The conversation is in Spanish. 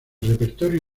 repertorio